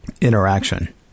interaction